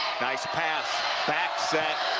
nice pass back.